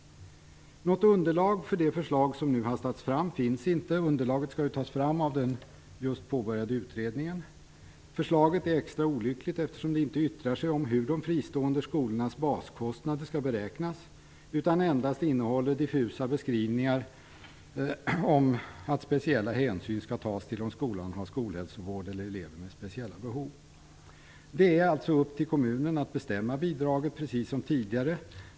Något underlag för det förslag som nu hastats fram finns inte. Underlaget skall ju tas fram av den just påbörjade utredningen. Förslaget är extra olyckligt eftersom det inte yttrar sig om hur de fristående skolornas baskostnader skall beräknas, utan endast innehåller diffusa skrivningar om att speciella hänsyn skall tas till om skolan har skolhälsovård eller elever med speciella behov. Det är upp till kommunen att bestämma bidraget, precis som tidigare.